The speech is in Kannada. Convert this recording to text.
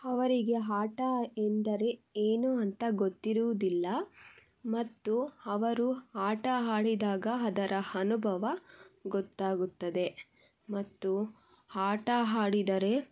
ಅವರಿಗೆ ಆಟ ಎಂದರೆ ಏನು ಅಂತ ಗೊತ್ತಿರುವುದಿಲ್ಲ ಮತ್ತು ಅವರು ಆಟ ಆಡಿದಾಗ ಅದರ ಅನುಭವ ಗೊತ್ತಾಗುತ್ತದೆ ಮತ್ತು ಆಟ ಆಡಿದರೆ